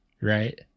right